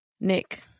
Nick